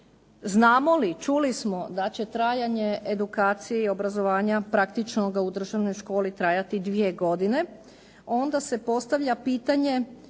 Znamo li, čuli smo da će trajanje edukacije i obrazovanja praktičnoga u državnoj školi trajati dvije godine onda se postavlja pitanje